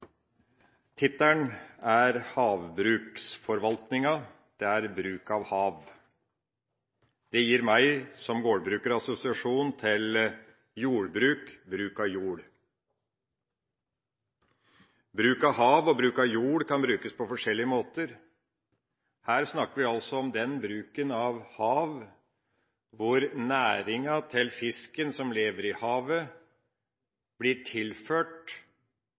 Saken gjelder havbruksforvaltninga, bruk av hav. Det gir meg som gårdbruker assosiasjon til jordbruk, bruk av jord. Hav og jord kan brukes på forskjellige måter. Her snakker vi om den bruken av hav hvor næringa til fisken, som lever i havet, blir tilført